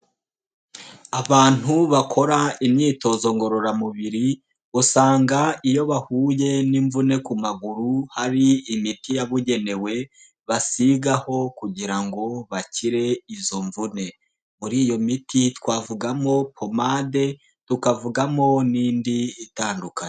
Abantu bakora imyitozo ngororamubiri usanga iyo bahuye n'imvune ku maguru hari imiti yabugenewe basigaho kugira ngo bakire izo mvune, muri iyo miti twavugamo pomade, tukavugamo n'indi itandukanye.